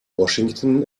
washington